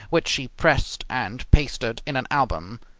which she pressed and pasted in an album.